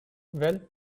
well